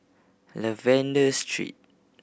Lavender Street